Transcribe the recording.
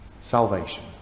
Salvation